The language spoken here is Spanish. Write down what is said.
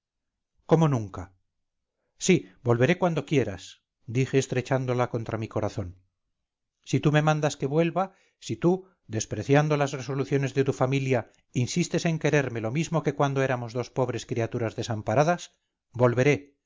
cómo nunca sí volveré cuando quieras dije estrechándola contra mi corazón si tú me mandas que vuelva si tú despreciando las resoluciones de tu familia insistes en quererme lo mismo que cuando éramos dos pobres criaturas desamparadas volveré